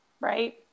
right